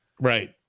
Right